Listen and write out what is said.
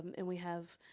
and we have